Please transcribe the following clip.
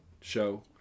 show